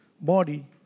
body